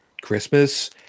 christmas